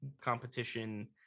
competition